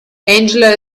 angela